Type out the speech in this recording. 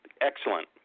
excellent